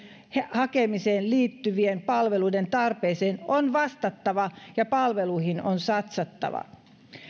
hakemiseen liittyvien palveluiden tarpeeseen on vastattava ja palveluihin on satsattava